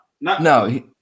No